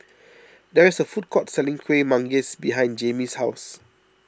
there is a food court selling Kuih Manggis behind Jayme's house